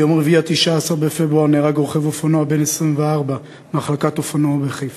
ביום רביעי 19 בפברואר נהרג רוכב אופנוע בן 24 בהחלקת אופנועו בחיפה,